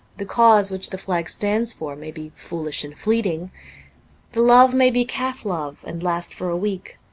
the cause which the flag stands for may be foolish and fleeting the love may be calf-love, and last for a week.